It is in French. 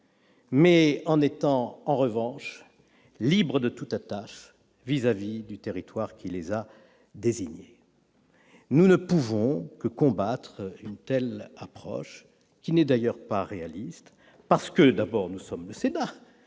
mais qui seraient en revanche libres de toute attache vis-à-vis du territoire qui les a désignés. Nous ne pouvons que combattre une telle approche, qui n'est d'ailleurs pas réaliste. D'une part, en tant que membres du Sénat,